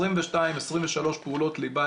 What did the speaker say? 22 או 23 פעולות ליבה.